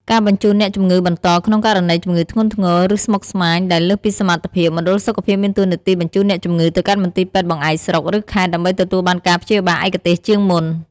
ការបញ្ជូនអ្នកជំងឺបន្ត ក្នុងករណីជំងឺធ្ងន់ធ្ងរ ឬស្មុគស្មាញដែលលើសពីសមត្ថភាព មណ្ឌលសុខភាពមានតួនាទីបញ្ជូនអ្នកជំងឺទៅកាន់មន្ទីរពេទ្យបង្អែកស្រុក ឬខេត្ត ដើម្បីទទួលបានការព្យាបាលឯកទេសជាងមុន។